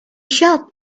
shop